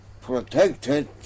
protected